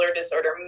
disorder